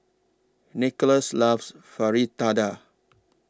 Nikolas loves Fritada